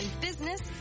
business